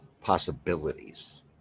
possibilities